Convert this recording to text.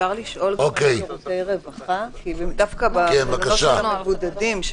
רוצה לשאול לגבי שירותי רווחה במלונות של המבודדים,